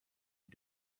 you